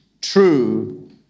true